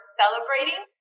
celebrating